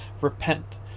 Repent